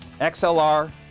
XLR